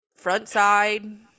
Frontside